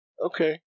Okay